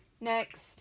Next